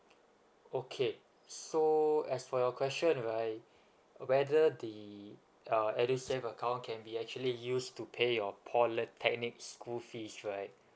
okay so as for your question right whether the uh edusave account can be actually used to pay your polytechnic school fees right